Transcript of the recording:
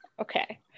Okay